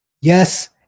Yes